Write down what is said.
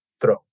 throw